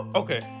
okay